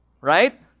Right